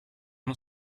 uno